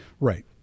Right